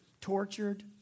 tortured